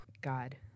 God